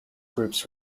groups